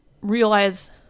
realize